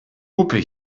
lupe